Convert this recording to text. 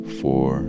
four